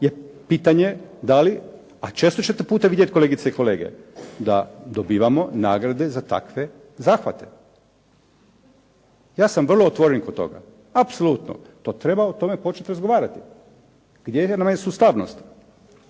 je pitanje da li, a često ćete puta vidjet kolegice i kolege, da dobivamo nagrade za takve zahvate. Ja sam vrlo otvoren kod toga. Apsolutno. To treba o tome početi razgovarati gdje nam je sustavnost.